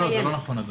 זה לא נכון.